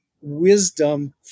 wisdom